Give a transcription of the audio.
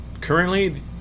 Currently